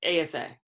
ASA